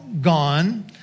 gone